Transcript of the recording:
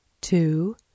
two